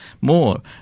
more